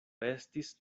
estis